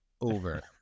over